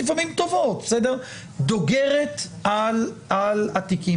לפעמים מסיבות טובות דוגרת על התיקים?